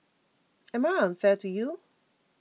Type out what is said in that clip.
am I unfair to you